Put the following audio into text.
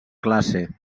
classe